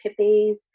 pippies